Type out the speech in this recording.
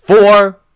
Four